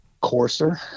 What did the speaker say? coarser